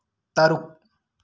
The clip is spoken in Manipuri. ꯇꯔꯨꯛ